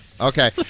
Okay